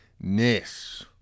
ness